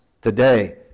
today